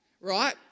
right